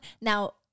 now